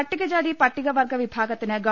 പട്ടികജാതി പട്ടികവർഗ വിഭാഗത്തിന് ഗവ